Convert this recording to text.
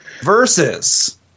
versus